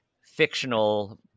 fictional